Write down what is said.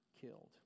killed